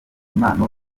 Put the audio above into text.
impano